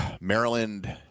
Maryland